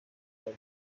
god